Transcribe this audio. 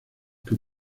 que